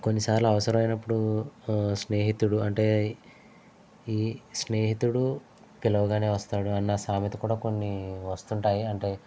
కొన్నిసార్లు అవసరమైనప్పుడు స్నేహితుడు అంటే ఈ స్నేహితుడు పిలవగానే వస్తాడు అన్న సామెత కూడా కొన్ని వస్తుంటాయి అంటే